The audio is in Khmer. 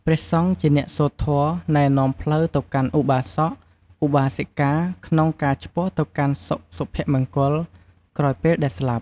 ព្រះសង្ឃជាអ្នកសូត្រធម៌ណែនាំផ្លូវទៅកាន់ឧបាសក ឧបាសិការក្នុងការឆ្ពោះទៅកាន់សុខសុភមង្គលក្រោយពេលដែលស្លាប់។